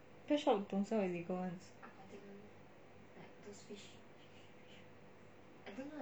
pet shop don't sell illegal ones